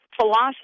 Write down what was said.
philosophy